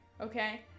okay